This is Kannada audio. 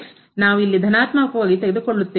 ನಾವು ಇಲ್ಲಿ ಧನಾತ್ಮಕವಾಗಿ ತೆಗೆದುಕೊಳ್ಳುತ್ತೇವೆ